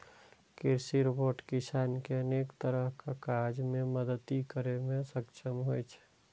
कृषि रोबोट किसान कें अनेक तरहक काज मे मदति करै मे सक्षम होइ छै